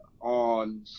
on